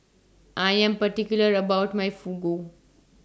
I Am particular about My Fugu